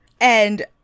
and-